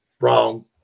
Wrong